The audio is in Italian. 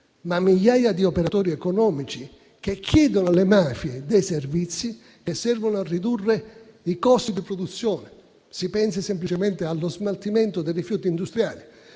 ma migliaia di operatori economici chiedono alle mafie servizi che servono a ridurre i costi di produzione. Si pensi semplicemente allo smaltimento dei rifiuti industriali,